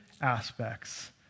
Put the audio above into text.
aspects